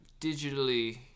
Digitally